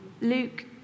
Luke